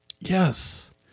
Yes